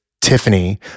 Tiffany